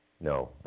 no